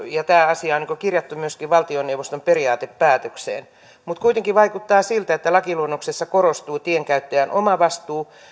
ja tämä asia on kirjattu myöskin valtioneuvoston periaatepäätökseen niin nyt sitten tuoreeltaan kuitenkin vaikuttaa siltä että lakiluonnoksessa korostuu tienkäyttäjän omavastuu